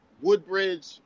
Woodbridge